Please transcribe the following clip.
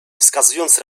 wskazując